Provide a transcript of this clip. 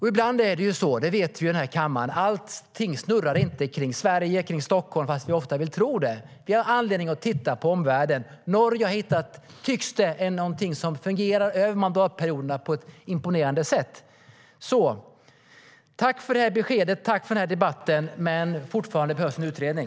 I den här kammaren vet vi att allting inte snurrar kring Sverige och Stockholm, även om vi ofta vill tro det. Vi har anledning att titta på omvärlden. Norge tycks ha hittat någonting som fungerar över mandatperioderna på ett imponerande sätt. Jag vill tacka för beskedet och för debatten. Men det behövs fortfarande en utredning.